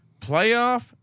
playoff